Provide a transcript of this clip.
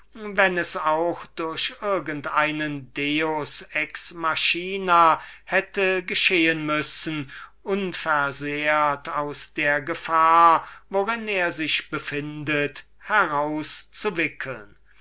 wenn es auch durch irgend einen deum ex machina hätte geschehen müssen so unversehrt aus der gefahr worin er sich würklich befindet